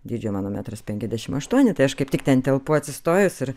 dydžio mano metras penkiasdešimt aštuoni tai aš kaip tik ten telpu atsistojus ir